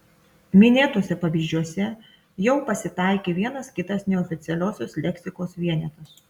minėtuose pavyzdžiuose jau pasitaikė vienas kitas neoficialiosios leksikos vienetas